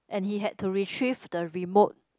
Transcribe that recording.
and he had to retrieve the remote